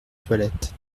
toilette